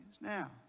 Now